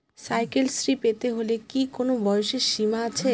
Cycle Shri পেতে হলে কি কোনো বয়সের সীমা আছে?